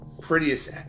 prettiest